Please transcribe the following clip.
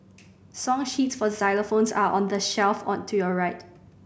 song sheets for xylophones are on the shelf on to your right